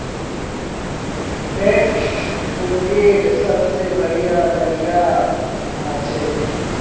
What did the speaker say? tax पूंजीर सबसे बढ़िया जरिया हछेक